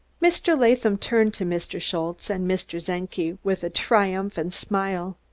mr. latham turned to mr. schultze and mr. czenki with a triumphant smile.